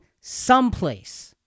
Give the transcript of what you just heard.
someplace